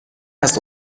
است